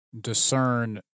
discern